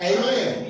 Amen